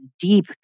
deep